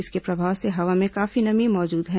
इसके प्रभाव से हवा में काफी नमी मौजूद है